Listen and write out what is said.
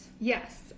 Yes